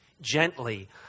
gently